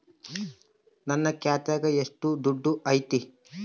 ನನ್ನ ಖಾತ್ಯಾಗ ಎಷ್ಟು ದುಡ್ಡು ಐತಿ?